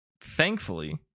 Thankfully